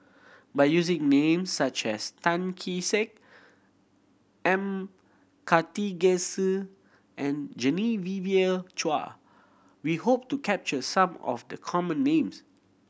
by using names such as Tan Kee Sek M Karthigesu and Genevieve Chua we hope to capture some of the common names